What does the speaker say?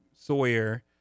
Sawyer